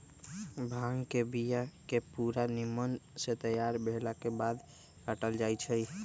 भांग के बिया के पूरा निम्मन से तैयार भेलाके बाद काटल जाइ छै